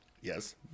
Yes